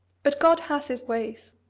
but god has his ways!